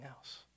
else